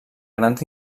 grans